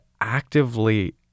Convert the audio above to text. actively